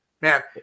man